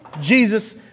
Jesus